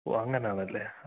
ഓ അങ്ങനെയാണല്ലേ ഹാ ഹാ